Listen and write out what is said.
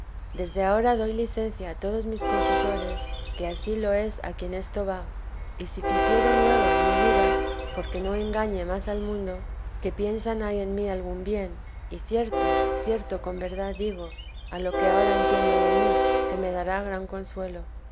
desde ahora doy licencia a todos mis confesores que ansí lo es a quien esto va y si quisieren luego en mi vida porque no engañe más al mundo que piensan hay en mí algún bien y cierto cierto con verdad digo a lo que ahora entiendo de mí que me dará gran consuelo